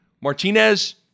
Martinez